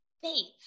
faith